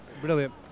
Brilliant